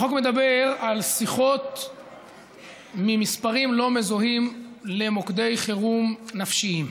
החוק מדבר על שיחות ממספרים לא מזוהים למוקדי חירום נפשיים.